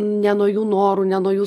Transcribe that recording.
ne nuo jų norų ne nuo jų